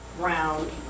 round